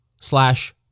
slash